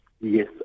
Yes